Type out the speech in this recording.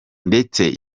ndetse